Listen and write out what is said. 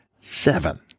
seven